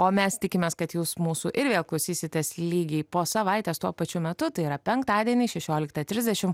o mes tikimės kad jūs mūsų ir vėl klausysitės lygiai po savaitės tuo pačiu metu tai yra penktadienį šešioliktą trisdešim